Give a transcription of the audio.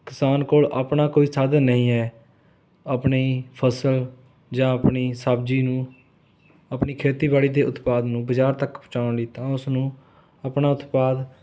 ਕਿਸਾਨ ਕੋਲ਼ ਆਪਣਾ ਕੋਈ ਸਾਧਨ ਨਹੀਂ ਹੈ ਆਪਣੀ ਫਸਲ ਜਾਂ ਆਪਣੀ ਸਬਜ਼ੀ ਨੂੰ ਆਪਣੀ ਖੇਤੀਬਾੜੀ ਦੇ ਉਤਪਾਦ ਨੂੰ ਬਜ਼ਾਰ ਤੱਕ ਪਹੁੰਚਾਉਣ ਲਈ ਤਾਂ ਉਸ ਨੂੰ ਆਪਣਾ ਉਤਪਾਦ